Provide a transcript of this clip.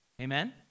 Amen